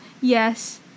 Yes